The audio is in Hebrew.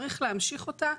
צריך להמשיך אותה.